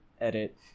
edit